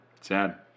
Sad